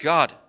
God